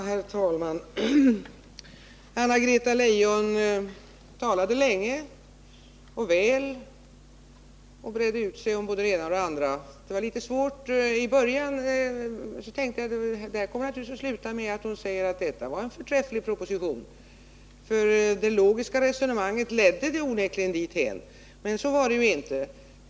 Herr talman! Anna-Greta Leijon talade länge och väl och bredde ut sig om både det ena och det andra. I början tänkte jag att det naturligtvis kommer att sluta med att hon säger att detta var en förträfflig proposition — det logiska resonemanget ledde onekligen dithän. Men så blev det ju inte.